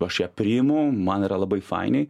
aš ją priimu man yra labai fainiai